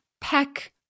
Peck